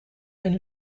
eine